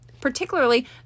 particularly